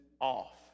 off